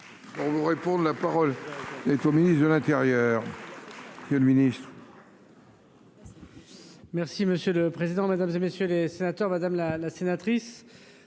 On nous réponde, la parole est au ministre de l'Intérieur, que le ministre. Merci monsieur le président, Mesdames et messieurs les sénateurs, madame la sénatrice